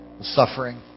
suffering